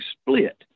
split